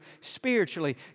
spiritually